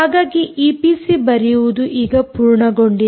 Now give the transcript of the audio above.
ಹಾಗಾಗಿ ಈಪಿಸಿ ಬರೆಯುವುದು ಈಗ ಪೂರ್ಣಗೊಂಡಿದೆ